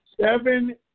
Seven